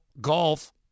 golf